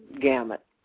gamut